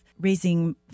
raising